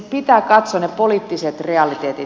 pitää katsoa ne poliittiset realiteetit